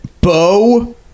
Bo